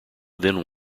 then